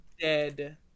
dead